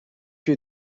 you